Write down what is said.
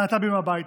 להט"בים הביתה.